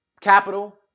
capital